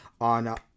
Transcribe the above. on